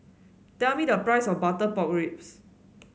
tell me the price of Butter Pork Ribs